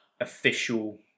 official